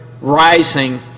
rising